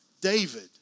David